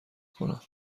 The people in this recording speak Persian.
کنم